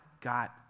got